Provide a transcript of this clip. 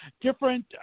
different